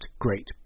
great